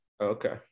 Okay